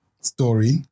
story